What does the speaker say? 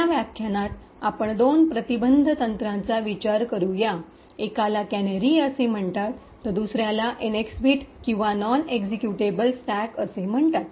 या व्याख्यानात आपण दोन प्रतिबंध प्रीव्हेनशन prevention तंत्रांचा विचार करूया एकाला कॅनरी असे म्हणतात तर दुसर्याला एनएक्स बिट किंवा नॉन एक्झिक्युटेबल स्टॅक असे म्हणतात